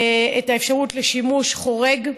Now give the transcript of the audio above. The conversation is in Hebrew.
את האפשרות לשימוש חורג.